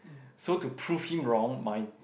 so to prove him wrong my